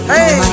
Hey